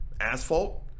asphalt